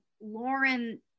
Lauren